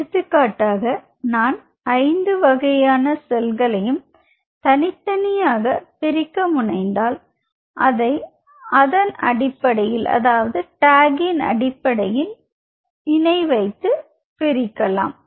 எடுத்துக்காட்டாக நான் ஐந்து வகையான செல்களையும் தனித்தனியாக பிரிக்க முனைந்தால் அதை அதனடிப்படையில் இணைவைத்து பிரிக்கலாம்